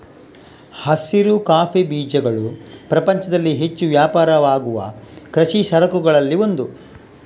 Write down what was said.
ಹಸಿರು ಕಾಫಿ ಬೀಜಗಳು ಪ್ರಪಂಚದಲ್ಲಿ ಹೆಚ್ಚು ವ್ಯಾಪಾರವಾಗುವ ಕೃಷಿ ಸರಕುಗಳಲ್ಲಿ ಒಂದು